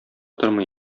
тормый